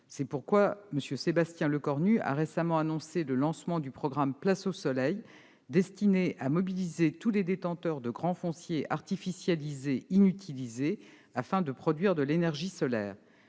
C'est pourquoi M. Sébastien Lecornu a récemment annoncé le lancement du programme « Place au Soleil » destiné à mobiliser tous les détenteurs de grands fonciers artificialisés inutilisés, afin de produire de l'énergie solaire.